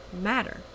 Matter